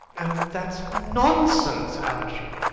oh, that's nonsense, algy.